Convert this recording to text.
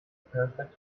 perfect